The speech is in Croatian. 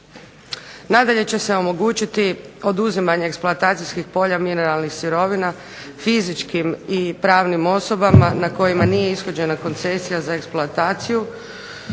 Nadalje će se omogućiti oduzimanje eksploatacijskih polja mineralnih sirovina fizičkim i pravnim osobama na kojima nije ishođena koncesija za eksploataciju,